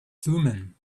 thummim